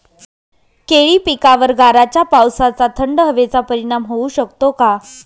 केळी पिकावर गाराच्या पावसाचा, थंड हवेचा परिणाम होऊ शकतो का?